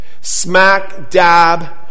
Smack-dab